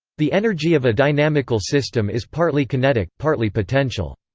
the energy of a dynamical system is partly kinetic, partly potential.